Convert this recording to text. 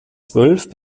zwölf